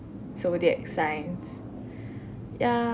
zodiac signs yeah